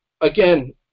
again